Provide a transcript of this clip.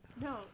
No